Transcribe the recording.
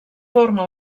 forma